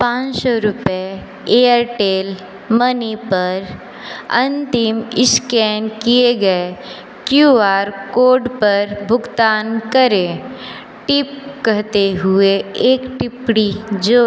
पाँच सौ रुपये एयरटेल मनी पर अंतिम स्कैन किए गए क्यूआर कोड पर भुगतान करें टिप कहते हुए एक टिप्पणी जो